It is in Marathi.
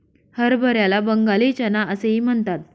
हरभऱ्याला बंगाली चना असेही म्हणतात